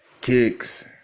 kicks